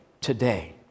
today